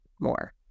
more